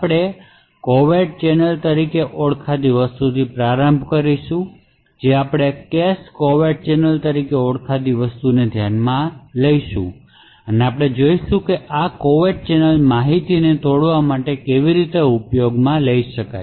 આપણે covert channel તરીકે ઓળખાતી વસ્તુથી પ્રારંભ કરીશું જે આપણે કેશ કોવેર્ટ ચેનલ તરીકે ઓળખાતી વસ્તુ પર ધ્યાન આપીએ અને આપણે જોઈશું કે આ કોવેર્ટ ચેનલ માહિતીને તોડવા માટે કેવી રીતે ઉપયોગ કરી શકાય